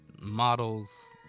models